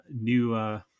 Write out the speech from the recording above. new